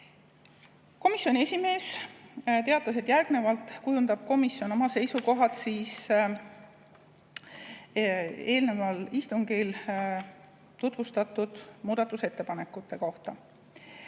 Komisjoni esimees teatas, et järgnevalt kujundab komisjon oma seisukohad eelneval istungil tutvustatud muudatusettepanekute kohta.